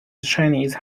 chinese